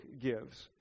gives